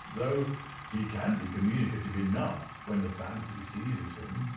though he can be communicative enough when the fancy seizes him.